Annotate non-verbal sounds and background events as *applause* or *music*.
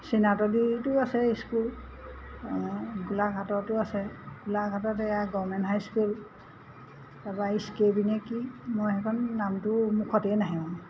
চিনাতলীতো আছে স্কুল গোলাঘাটতো আছে গোলাঘাটত এয়া গমেণ্ট হাই স্কুল তাৰপৰা *unintelligible* কি মই সেইখন নামটো মুখতেই নাহে মানে